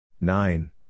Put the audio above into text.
nine